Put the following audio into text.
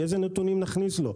איזה נתונים נכניס לו?